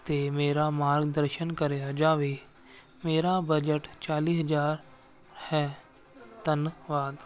ਅਤੇ ਮੇਰਾ ਮਾਰਗ ਦਰਸ਼ਨ ਕਰਿਆ ਜਾਵੇ ਮੇਰਾ ਬਜਟ ਚਾਲ੍ਹੀ ਹਜ਼ਾਰ ਹੈ ਧੰਨਵਾਦ